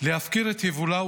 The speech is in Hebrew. להפקיר את יבולה,